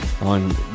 on